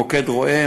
מוקד רואה,